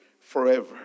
forever